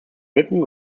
britten